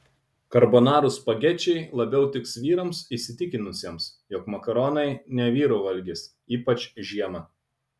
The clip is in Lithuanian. karbonarų spagečiai labiau tiks vyrams įsitikinusiems jog makaronai ne vyrų valgis ypač žiemą